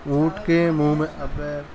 اونٹ کے منہ میں ابے